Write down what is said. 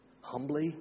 humbly